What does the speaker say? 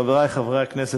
חברי חברי הכנסת,